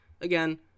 again